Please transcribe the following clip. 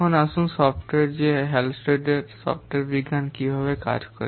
এখন আসুন দেখুন সফ্টওয়্যার এর হালস্টেডের সফ্টওয়্যার বিজ্ঞান কীভাবে কাজ করে